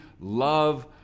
love